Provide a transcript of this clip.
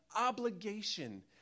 obligation